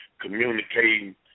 communicating